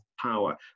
power